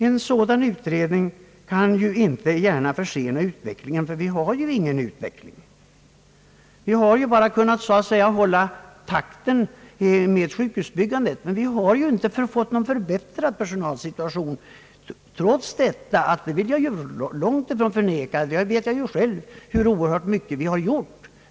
En sådan utredning kan inte gärna försena utvecklingen, eftersom vi inte har någon egentlig förbättring. Vi har bara kunnat så att säga hålla takten med sjukhusbyggandet, men vi har inte fått någon = förbättrad personalsituation, trots — det vill jag långtifrån förneka — att oerhört mycket har gjorts.